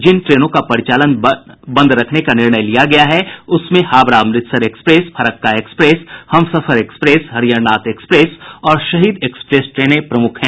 जिन ट्रेनों का परिचालन बंद रखने का निर्णय लिया गया है उसमें Howrah Amritsar express Farakka express Humsafar express Harihar Nath express और शहीद एक्सप्रेस ट्रेनें प्रमुख हैं